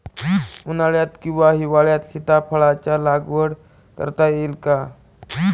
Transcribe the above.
उन्हाळ्यात किंवा हिवाळ्यात सीताफळाच्या लागवड करता येईल का?